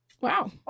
Wow